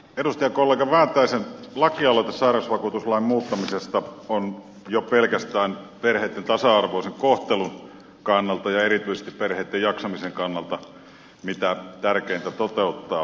edustajakollega väätäisen lakialoite sairausvakuutuslain muuttamisesta on jo pelkästään perheitten tasa arvoisen kohtelun kannalta ja erityisesti perheitten jaksamisen kannalta mitä tärkeintä toteuttaa ja se on erittäin tarpeellinen